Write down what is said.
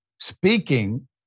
Speaking